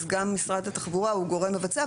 אז גם משרד התחבורה הוא גורם מבצע,